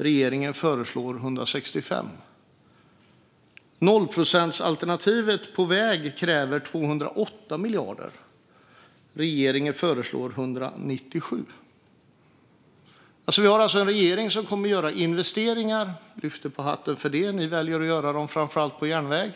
Regeringen föreslår 165. Nollprocentsalternativet på väg kräver 208 miljarder. Regeringen föreslår 197. Vi har en regering som kommer att göra investeringar. Jag lyfter på hatten för det, och ni väljer att göra dem framför allt på järnväg.